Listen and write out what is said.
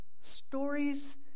Stories